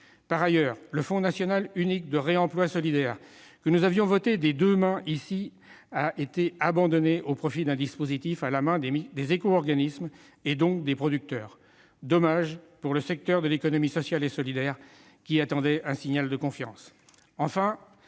Par ailleurs, le fonds national unique de réemploi solidaire, dont nous avions voté des deux mains la création, a été supprimé, au profit d'un dispositif à la main des éco-organismes, et donc des producteurs. C'est dommage pour le secteur de l'économie sociale et solidaire, qui attendait un signal de confiance